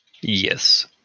Yes